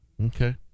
Okay